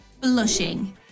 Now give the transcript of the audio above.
blushing